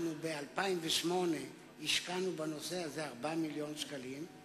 ב-2008 השקענו בנושא הזה 4 מיליוני שקלים,